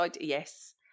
yes